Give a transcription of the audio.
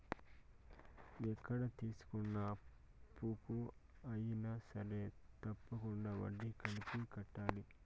ఎక్కడ తీసుకున్న అప్పుకు అయినా సరే తప్పకుండా వడ్డీ కలిపి కట్టాలి